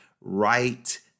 right